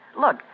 Look